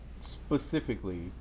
specifically